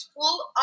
full